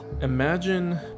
imagine